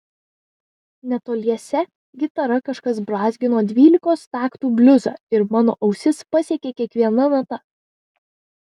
netoliese gitara kažkas brązgino dvylikos taktų bliuzą ir mano ausis pasiekė kiekviena nata